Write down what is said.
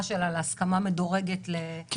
שלה להסכמה מדורגת או לקבל את ההסכמה של ---.